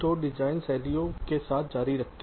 तो डिजाइन शैलियों के साथ जारी रखें